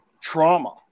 trauma